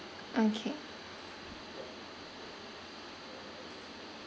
okay